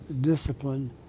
discipline